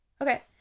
Okay